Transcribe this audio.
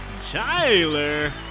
Tyler